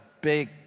big